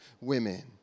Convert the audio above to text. women